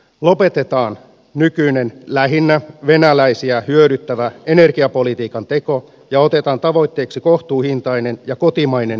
lopetetaan nykyinen lähinnä venäläisiä hyödyttävä energiapolitiikan teko ja otetaan tavoitteeksi kohtuuhintainen ja kotimainen energia